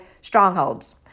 Strongholds